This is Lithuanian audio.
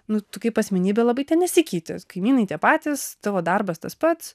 nu tu kaip asmenybė labai ten nesikeiti kaimynai tie patys tavo darbas tas pats